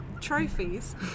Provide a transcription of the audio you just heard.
trophies